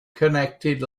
connected